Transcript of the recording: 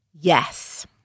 Yes